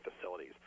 facilities